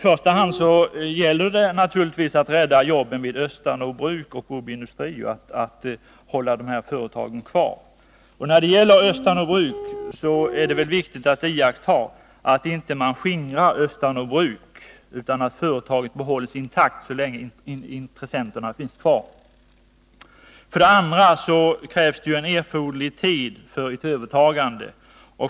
Följande måste då iakttagas. För det första är det viktigt att se till att Östanå Bruk inte skingras utan att företaget behålls intakt så länge intressenterna finns kvar. För det andra krävs erforderlig tid för ett övertagande.